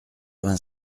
vingt